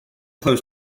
close